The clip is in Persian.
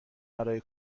برای